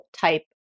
type